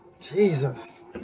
Jesus